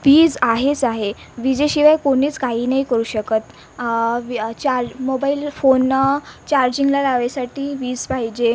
वीज आहेस आहे विजेशिवाय कोणीच काही नाही करू शकत विआ चार्ज मोबाईल फोनं चार्जिंगला लावायसाठी वीस पाहिजे